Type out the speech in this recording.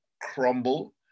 crumble